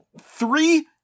three